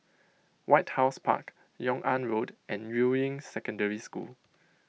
White House Park Yung An Road and Yuying Secondary School